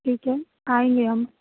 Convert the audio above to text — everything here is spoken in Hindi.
ठीक है आएंगे हम